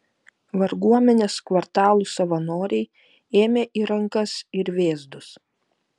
varguomenės kvartalų savanoriai ėmė į rankas ir vėzdus